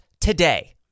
today